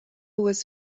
was